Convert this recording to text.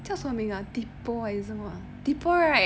叫什么名 ah tipo 还是什么 tipo right